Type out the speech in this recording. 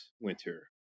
winter